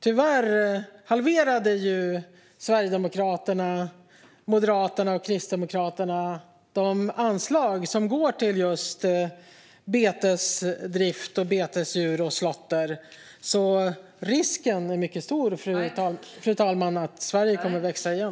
Tyvärr halverade Sverigedemokraterna, Moderaterna och Kristdemokraterna de anslag som går till just betesdrift, betesdjur och slåtter. Risken är alltså mycket stor att Sverige kommer att växa igen.